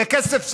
לכסף סעודי.